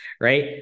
right